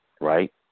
right